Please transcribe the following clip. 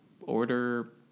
order